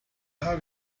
have